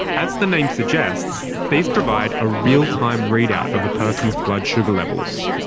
as the name suggests, these provide a real-time readout of a person's blood sugar levels.